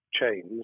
chains